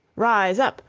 rise up,